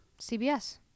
CBS